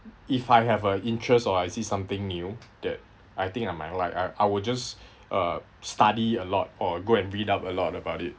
if I have a interest or I see something new that I think I might like I I'll just uh study a lot or go and read up a lot about it